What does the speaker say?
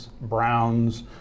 ...browns